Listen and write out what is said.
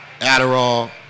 Adderall